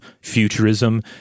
futurism